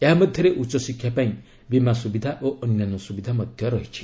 ଏହା ମଧ୍ୟରେ ଉଚ୍ଚଶିକ୍ଷା ପାଇଁ ବିମା ସୁବିଧା ଓ ଅନ୍ୟାନ୍ୟ ସୁବିଧା ମଧ୍ୟ ରହିଛି